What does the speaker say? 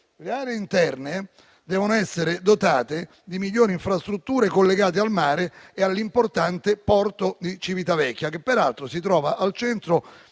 Le aree interne devono essere dotate di migliori infrastrutture collegate al mare e all'importante porto di Civitavecchia, che peraltro si trova al centro